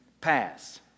pass